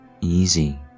Easy